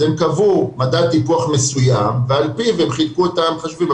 הם קבעו מדד טיפוח מסוים ועל פיו הם חילקו את המחשבים.